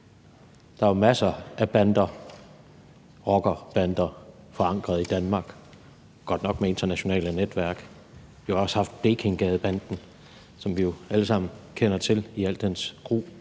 Der er jo masser af rockerbander forankret i Danmark, godt nok med internationale netværk. Vi har også haft Blekingegadebanden, som vi jo alle sammen kender til i al dens gru.